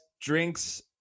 drinks